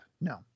No